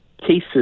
cases